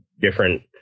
different